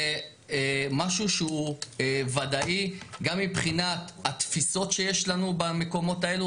זה משהו שהוא ודאי גם מבחינת התפיסות שיש לנו במקומות האלו,